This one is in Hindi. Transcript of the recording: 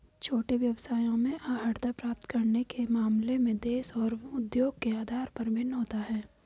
छोटे व्यवसायों में अर्हता प्राप्त करने के मामले में देश और उद्योग के आधार पर भिन्न होता है